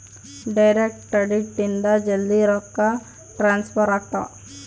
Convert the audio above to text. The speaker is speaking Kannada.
ಡೈರೆಕ್ಟ್ ಕ್ರೆಡಿಟ್ ಇಂದ ಜಲ್ದೀ ರೊಕ್ಕ ಟ್ರಾನ್ಸ್ಫರ್ ಆಗ್ತಾವ